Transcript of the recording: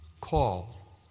call